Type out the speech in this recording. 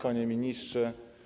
Panie Ministrze!